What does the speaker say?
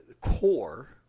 core